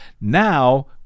Now